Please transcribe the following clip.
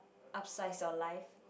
upsize your life